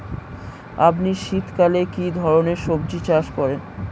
আপনি শীতকালে কী ধরনের সবজী চাষ করেন?